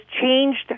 changed